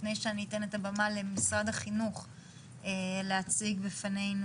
לפני שאני אתן את הבמה למל"ג להציג בפנינו